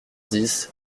dix